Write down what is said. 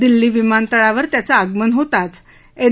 दिल्ली विमानतळावर त्याचं आगमन होताच एन